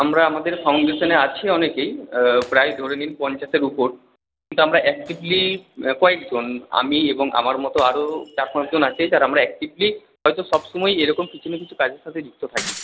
আমরা আমাদের ফাউন্ডেশানে আছি অনেকেই প্রায় ধরে নিন পঞ্চাশের উপর কিন্তু আমরা অ্যাক্টিভলি কয়েকজন আমি এবং আমার মতো আরও চার পাঁচ জন আছে যারা আমরা অ্যাক্টিভলি হয়তো সবসময় এরকম কিছু না কিছু কাজের সাথে যুক্ত থাকি